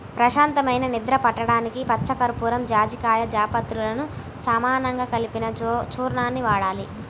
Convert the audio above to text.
ప్రశాంతమైన నిద్ర పట్టడానికి పచ్చకర్పూరం, జాజికాయ, జాపత్రిలను సమానంగా కలిపిన చూర్ణాన్ని వాడాలి